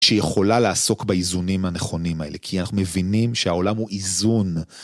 שיכולה לעסוק באיזונים הנכונים האלה, כי אנחנו מבינים שהעולם הוא איזון.